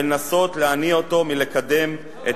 לנסות להניא אותו מלקדם את